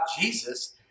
Jesus